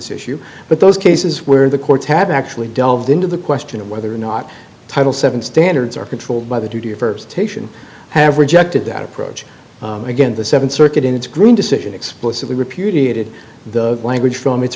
issue but those cases where the courts have actually delved into the question of whether or not title seven standards are controlled by the first station have rejected that approach again the seventh circuit in its green decision explicitly repudiated the language from it